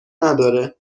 نداره